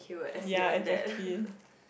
ya exactly